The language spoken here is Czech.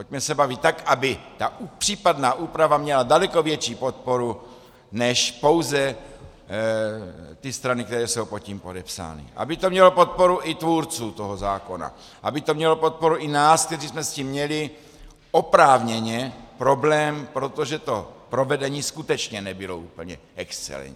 Pojďme se bavit tak, aby ta případná úprava měla daleko větší podporu než pouze ty strany, které jsou pod tím podepsány, aby to mělo podporu i tvůrců toho zákona, aby to mělo podporu i nás, kteří jsme s tím měli oprávněně problém, protože to provedení skutečně nebylo úplně excelentní.